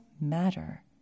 matter